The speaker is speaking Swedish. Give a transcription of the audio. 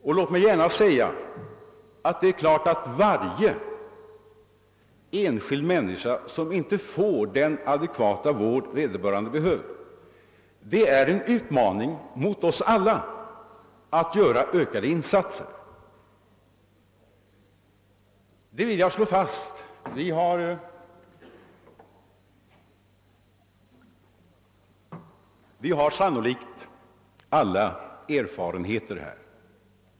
Och låt mig slå fast att varje fall där en enskild människa inte får den adekvata vård hon behöver är en uppmaning till oss alla att göra ökade insatser. Var och en av oss har sannolikt erfarenheter härvidlag.